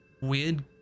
Weird